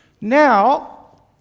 Now